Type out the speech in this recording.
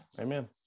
amen